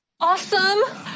awesome